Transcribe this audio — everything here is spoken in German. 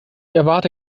erwarte